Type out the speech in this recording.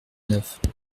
neuf